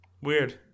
Weird